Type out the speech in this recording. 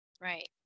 Right